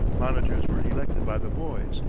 monitors were elected by the boys,